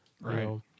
Right